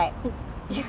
no it didn't